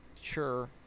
sure